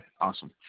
awesome